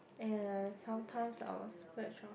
ya sometime I will splurge on